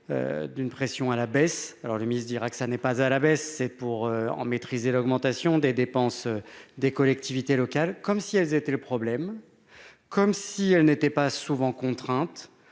d'une pression à la baisse alors le ministre dira que ça n'est pas à la baisse et pour en maîtriser l'augmentation des dépenses des collectivités locales, comme si elles étaient le problème comme si elle n'était pas souvent contraintes